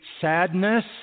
sadness